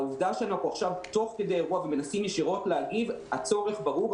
העובדה שאנחנו עכשיו תוך כדי אירוע ומנסים ישירות להגיב הצורך ברור,